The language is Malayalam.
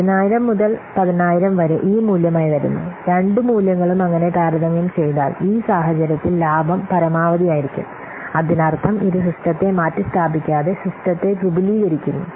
10000 മുതൽ 10000 വരെ ഈ മൂല്യമായി വരുന്നു രണ്ട് മൂല്യങ്ങളും അങ്ങനെ താരതമ്യം ചെയ്താൽ ഈ സാഹചര്യത്തിൽ ലാഭം പരമാവധി ആയിരിക്കും അതിനർത്ഥം ഇത് സിസ്റ്റത്തെ മാറ്റിസ്ഥാപിക്കാതെ സിസ്റ്റത്തെ വിപുലീകരിക്കുന്നു